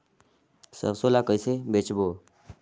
सरसो ला कइसे बेचबो?